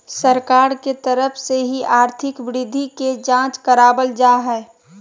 सरकार के तरफ से ही आर्थिक वृद्धि के जांच करावल जा हय